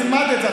תלמד את זה.